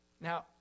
Now